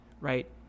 right